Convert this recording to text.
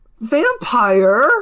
Vampire